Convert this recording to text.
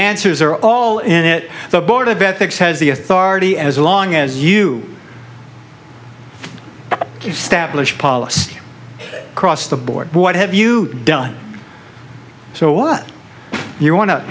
answers are all in it the board of ethics has the authority as long as you stablished policy across the board what have you done so what you wan